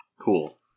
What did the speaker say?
Cool